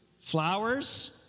Flowers